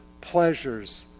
pleasures